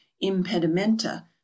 impedimenta